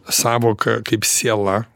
sąvoka kaip siela